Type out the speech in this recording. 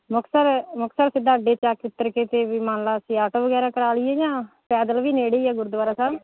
ਮੁਕਤਸਰ ਮੁਕਤਸਰ ਸਿੱਧਾ ਅੱਡੇ 'ਚ ਆ ਕੇ ਉਤਰ ਕੇ ਅਤੇ ਵੀ ਮੰਨ ਲਓ ਅਸੀਂ ਆਟੋ ਵਗੈਰਾ ਕਰਾ ਲਈਏ ਜਾਂ ਪੈਦਲ ਵੀ ਨੇੜੇ ਹੀ ਆ ਗੁਰਦੁਆਰਾ ਸਾਹਿਬ